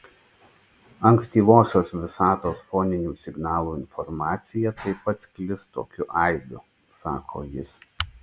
ankstyvosios visatos foninių signalų informacija taip pat sklis tokiu aidu sako jis